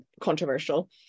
controversial